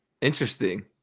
Interesting